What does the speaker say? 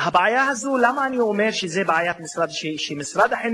אחת מהבעיות, אבל בשביל כל מורה ומורָה שמחכים